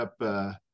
up